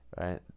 right